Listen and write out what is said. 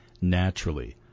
naturally